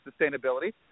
sustainability